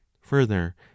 further